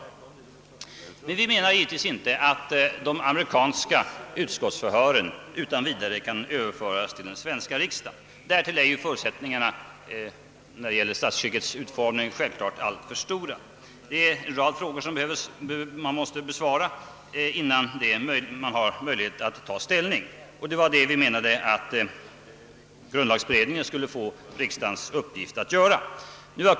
Vi menar givetvis inte att de amerikanska utskottsförhören utan vidare skall överföras till den svenska riksdagen. Därtill är skillnaderna beträffande statsskickets utformning alltför stora. En rad frågor måste besvaras innan man har möjlighet att ta ställning. Vi menade därför att grundlagberedningen borde få i uppdrag av riksdagen att utreda frågan.